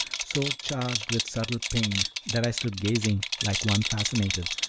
so charged with subtle pain, that i stood gazing like one fascinated,